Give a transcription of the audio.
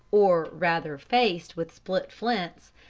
or, rather, faced with split flints,